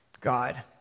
God